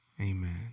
Amen